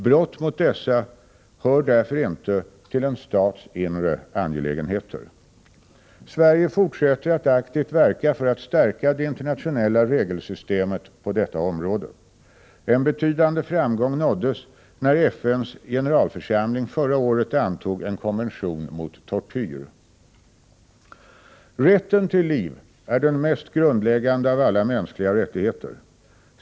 Brott mot dessa hör därför inte till en stats inre angelägenheter. Sverige fortsätter att aktivt verka för att stärka det internationella regelsystemet på detta område. En betydande framgång nåddes när FN:s generalförsamling förra året antog en konvention mot tortyr. Rätten till liv är den mest grundläggande av alla mänskliga rättigheter.